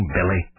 Billy